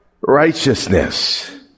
righteousness